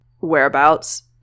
whereabouts